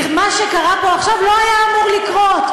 כי מה שקרה פה עכשיו לא היה אמור לקרות,